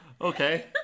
okay